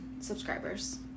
subscribers